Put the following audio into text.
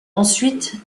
ensuite